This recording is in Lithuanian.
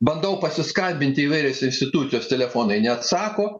bandau pasiskambinti įvairios institucijos telefonai neatsako